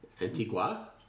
Antigua